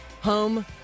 home